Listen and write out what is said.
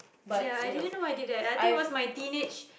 ya I didn't know I did that I think it was my teenage